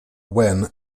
when